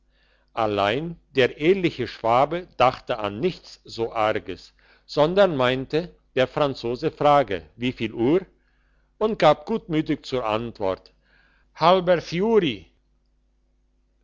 allein der ehrliche schwabe dachte an nichts so arges sondern meinte der franzose frage wieviel uhr und gab gutmütig zur antwort halber